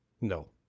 No